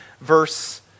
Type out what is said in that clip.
verse